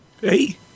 Hey